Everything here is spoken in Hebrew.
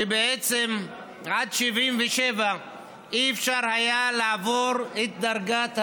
בעצם עד 1977 אי-אפשר היה לעבור את דרגת הרב-סרן,